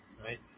right